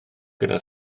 gyda